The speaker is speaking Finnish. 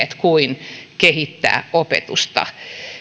kuin kehittää opetusta